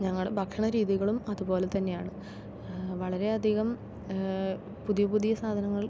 ഞങ്ങൾ ഭക്ഷണ രീതികളും അതുപോലെ തന്നെയാണ് വളരെയധികം പുതിയ പുതിയ സാധനങ്ങൾ